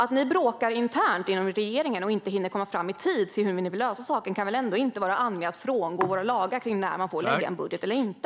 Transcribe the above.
Att ni bråkar internt i regeringen och inte hinner komma fram i tid till hur ni vill lösa saken kan väl ändå inte vara anledning att frångå våra lagar kring när man får lägga fram en budget och inte?